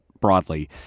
broadly